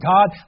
God